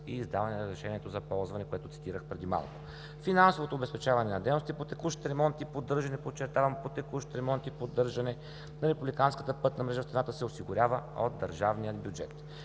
и издаване на разрешението за ползване, което цитирах преди малко. Финансовото обезпечаване на дейности по текущ ремонт и поддържане – подчертавам, по текущ ремонт и поддържане, на Републиканската пътна мрежа в страната се осигурява от държавния бюджет.